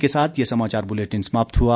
इसी के साथ ये समाचार बुलेटिन समाप्त हुआ